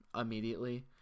immediately